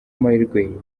amahirwe